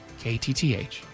KTTH